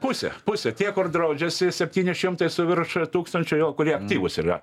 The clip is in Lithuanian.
pusė pusė tiek kur draudžiasi septyni šimtai su virš tūkstančio jo kurie aktyvūs yra